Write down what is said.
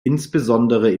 insbesondere